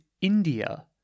India